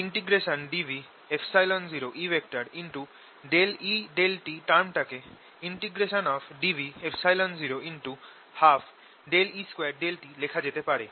dv0E E∂t term টাকে dv012E2∂t লেখা যেতে পারে